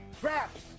traps